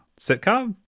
Sitcom